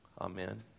Amen